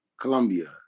Colombia